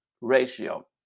ratio